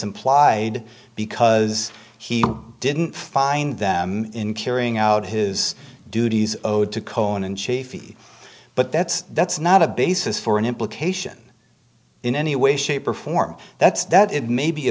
implied because he didn't find them in carrying out his duties owed to cohen and chafee but that's that's not a basis for an implication in any way shape or form that's that it may be a